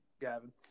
Gavin